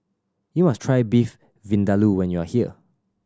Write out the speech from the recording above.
you must try Beef Vindaloo when you are here